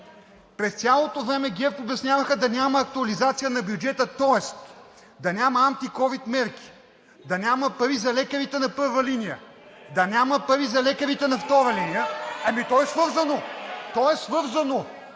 През цялото време ГЕРБ обясняваха да няма актуализация на бюджета, тоест да няма антиковид мерки, да няма пари за лекарите на първа линия, да няма пари за лекарите на втора линия. (Силен